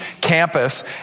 campus